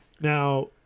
now